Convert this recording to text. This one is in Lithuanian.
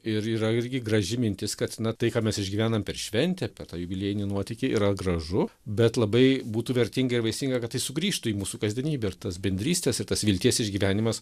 ir yra irgi graži mintis kad na tai ką mes išgyvenam per šventę per tą jubiliejinį nuotykį yra gražu bet labai būtų vertinga ir vaisinga kad tai sugrįžtų į mūsų kasdienybę ir tas bendrystės ir tas vilties išgyvenimas